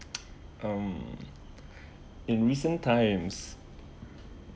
um in recent times